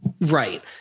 Right